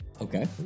Okay